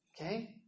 okay